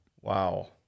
Wow